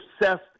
obsessed